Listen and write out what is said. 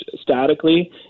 statically